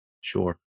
Sure